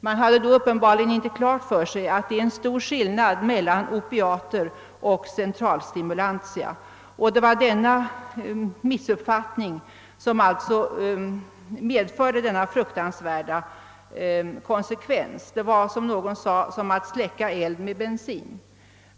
Man hade då uppenbarligen inte klart för sig att det är stor skillnad mellan opiater och centralstimulantia. Det var denna missuppfattning som medförde så fruktansvärda konsekvenser. Det var, som någon sade, att släcka eld med bensin.